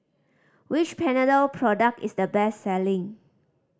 which Panadol product is the best selling